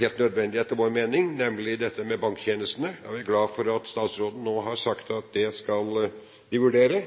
helt nødvendig, etter vår mening – nemlig banktjenestene. Vi er glad for at statsråden nå har sagt at de skal vurdere